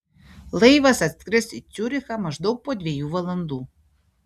laivas atskris į ciurichą maždaug po dviejų valandų